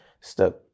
stuck